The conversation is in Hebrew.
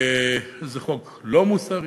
זה חוק לא מוסרי,